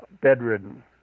bedridden